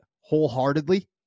wholeheartedly